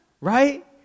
Right